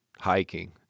hiking